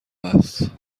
است